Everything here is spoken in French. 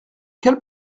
quelle